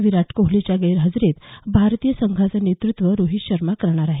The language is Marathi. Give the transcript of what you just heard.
विराट कोहलीच्या गैरहजेरीत भारतीय संघाचं नेत्तृत्व रोहित शर्मा करणार आहे